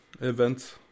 events